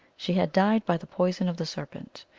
she had died by the poison of the serpent.